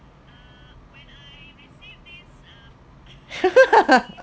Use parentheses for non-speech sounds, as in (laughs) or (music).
(laughs)